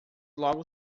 logo